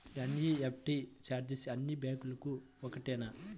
NEFT ఛార్జీలు అన్నీ బ్యాంక్లకూ ఒకటేనా?